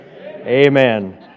Amen